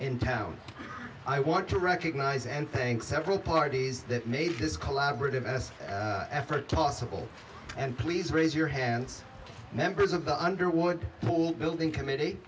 in town i want to recognize and thank several parties that made his collaborative best effort possible and please raise your hands to members of the underwood pool building committee